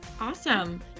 Awesome